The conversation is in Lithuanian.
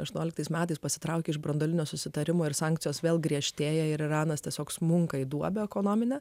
aštuonioliktais metais pasitraukė iš branduolinio susitarimo ir sankcijos vėl griežtėja ir iranas tiesiog smunka į duobę ekonominę